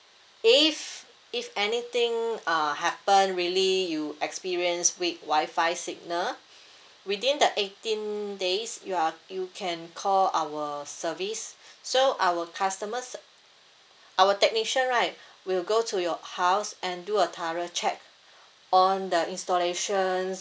if if anything uh happen really you experience weak wi-fi signal within the eighteen days you are you can call our service so our customer ser~ our technician right will go to your house and do a thorough check on the installations